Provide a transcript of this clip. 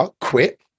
quit